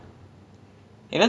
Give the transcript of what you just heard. !wow! oh okay nice man